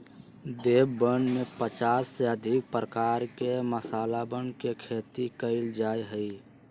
देशवन में पचास से अधिक प्रकार के मसालवन के खेती कइल जा हई